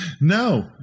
No